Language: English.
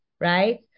right